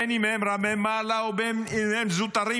בין שהם רמי מעלה ובין שהם זוטרים,